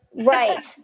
Right